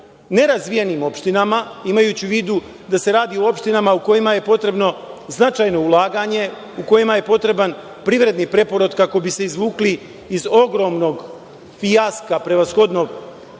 nerazvijenim opštinama, imajući u vidu da se radi o opštinama kojima je potrebno značajno ulaganje, u kojima je potreban privredni preporod kako bi se izvukli iz ogromnog fijaska, prevashodno